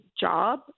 job